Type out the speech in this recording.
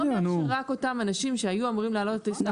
רק אותם אנשים שהיו אמורים לעלות על הטיסה.